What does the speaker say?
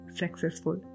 successful